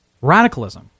radicalism